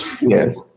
Yes